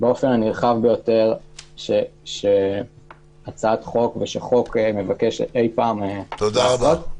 באופן הנרחב ביותר שחוק ביקש לעשות אי פעם.